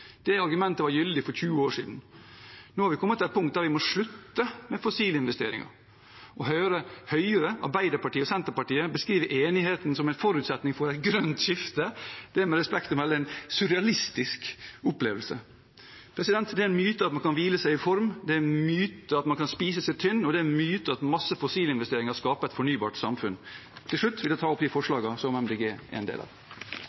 Det argumentet var gyldig for 20 år siden. Nå er vi kommet til et punkt der vi må slutte med fossilinvesteringer. Å høre Høyre, Arbeiderpartiet og Senterpartiet beskrive enigheten som en forutsetning for et grønt skifte – det er med respekt å melde en surrealistisk opplevelse. Det er en myte at man kan hvile seg i form, det er en myte at man kan spise seg tynn, og det er en myte at masse fossilinvesteringer skaper et fornybart samfunn.